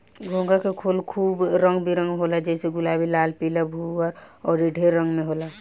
घोंघा के खोल खूब रंग बिरंग होला जइसे गुलाबी, लाल, पीला, भूअर अउर ढेर रंग में होला